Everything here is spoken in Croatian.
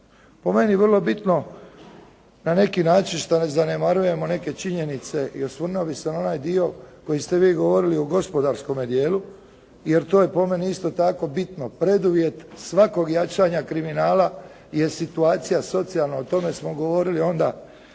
po meni vrlo bitno na neki način što ne zanemarujemo neke činjenice i osvrnuo bih se na onaj dio koji ste vi govorili u gospodarskome dijelu jer to je po meni isto tako bitno. Preduvjet svakog jačanja kriminala je situacija socijalna, o tome smo govorili onda